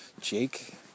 Jake